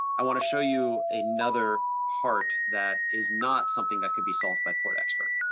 i wanna show you another part that is not something that could be solved by port expert.